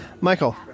Michael